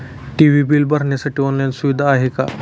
TV bill भरण्यासाठी online सुविधा आहे का?